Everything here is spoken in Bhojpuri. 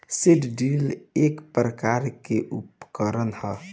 सीड ड्रिल एक प्रकार के उकरण ह